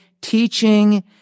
teaching